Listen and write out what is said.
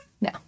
no